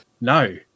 No